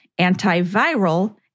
antiviral